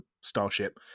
starship